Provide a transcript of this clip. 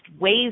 ways